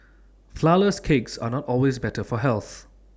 Flourless Cakes are not always better for health